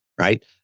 right